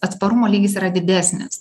atsparumo lygis yra didesnis